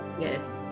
Yes